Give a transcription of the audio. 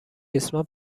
ریسمان